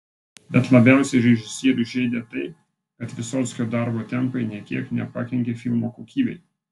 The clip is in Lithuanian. bet labiausiai režisierių žeidė tai kad vysockio darbo tempai nė kiek nepakenkė filmo kokybei